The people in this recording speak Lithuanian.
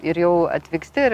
ir jau atvyksti ir